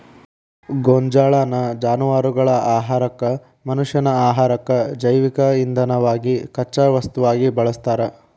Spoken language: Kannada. ಗೋಂಜಾಳನ್ನ ಜಾನವಾರಗಳ ಆಹಾರಕ್ಕ, ಮನಷ್ಯಾನ ಆಹಾರಕ್ಕ, ಜೈವಿಕ ಇಂಧನವಾಗಿ ಕಚ್ಚಾ ವಸ್ತುವಾಗಿ ಬಳಸ್ತಾರ